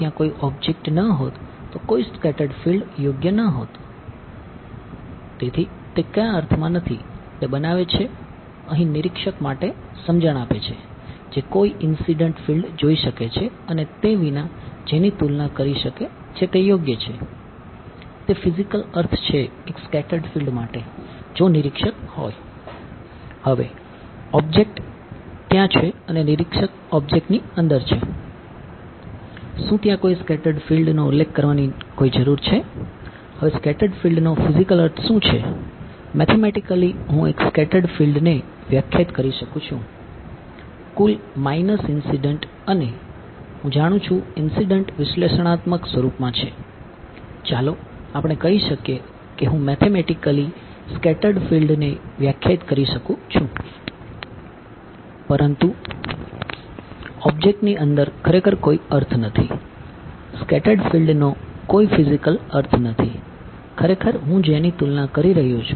હવે ઓબ્જેક્ટ નો કોઈ ફિઝિકલ અર્થ નથી ખરેખર હું જેની તુલના કરી રહ્યો છું